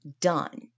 done